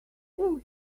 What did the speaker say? still